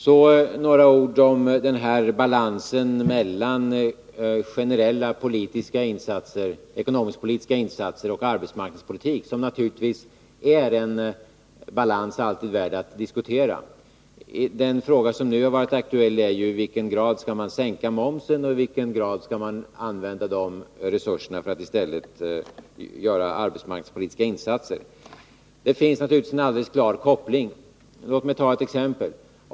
Så några ord om balansen mellan generella ekonomisk-politiska insatser och arbetemarknadspolitik, som naturligtvis alltid är värd att diskutera. Den fråga som nu har varit aktuell var i vilken grad man skulle sänka momsen och i vilken utsträckning dessa resurser i stället skulle användas för arbetsmark nadspolitiska insatser. Här finns det naturligtvis en alldeles klar koppling. Låt mig ta ett exempel.